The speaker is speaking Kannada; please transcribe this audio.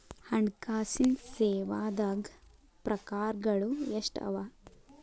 ಹಣ್ಕಾಸಿನ್ ಸೇವಾದಾಗ್ ಪ್ರಕಾರ್ಗಳು ಎಷ್ಟ್ ಅವ?